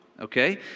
okay